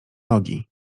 nogi